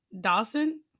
Dawson